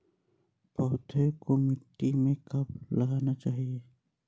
पौधें को मिट्टी में कब लगाना चाहिए?